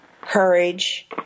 courage